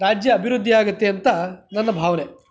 ರಾಜ್ಯ ಅಭಿವೃದ್ಧಿ ಆಗುತ್ತೆ ಅಂತ ನನ್ನ ಭಾವನೆ